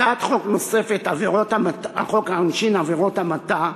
הצעת חוק נוספת: חוק העונשין, עבירות המתה.